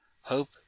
Hope